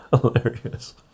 Hilarious